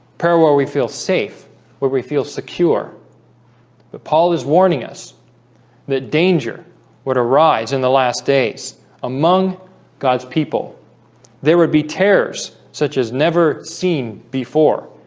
para where we feel safe where we feel secure the paul is warning us that danger would arise in the last days among god's people there would be tears such as never seen before